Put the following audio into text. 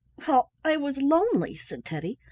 well, i was lonely, said teddy.